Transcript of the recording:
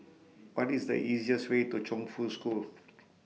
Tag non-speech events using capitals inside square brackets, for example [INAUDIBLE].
What IS The easiest Way to Chongfu School [NOISE]